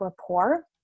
rapport